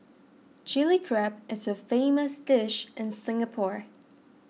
Chilli Crab is a famous dish in Singapore